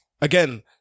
again